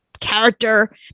character